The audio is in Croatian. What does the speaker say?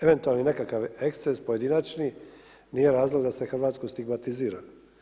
Eventualno nekakav eksces pojedinačni, nije razlog da se Hrvatsku stigmatizira.